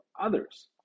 others